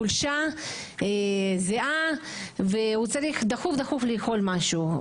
חולשה ואז הוא צריך דחוף דחוף לאכול משהו.